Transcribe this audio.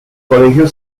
colegio